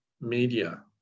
media